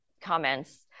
comments